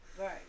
Right